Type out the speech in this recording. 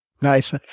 Nice